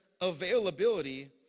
availability